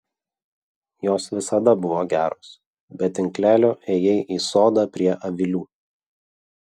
jos visada buvo geros be tinklelio ėjai į sodą prie avilių